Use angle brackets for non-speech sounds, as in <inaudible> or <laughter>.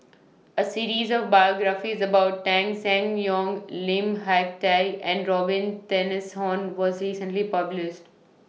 A series of biographies about Tan Seng Yong Lim Hak Tai and Robin <unintelligible> was recently published